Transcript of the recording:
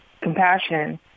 compassion